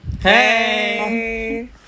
Hey